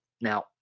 Now